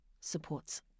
supports